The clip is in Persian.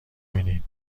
بینی